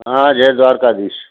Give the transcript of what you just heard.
हा जय द्वारकादीश